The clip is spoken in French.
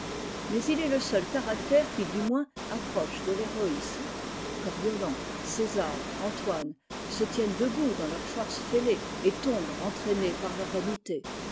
mais il est le seul caractère qui du moins approche de l'héroïsme coriolan césar antoine se tiennent debout dans leur force fêlée et tombent entraînés par leurs vanités